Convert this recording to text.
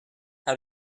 how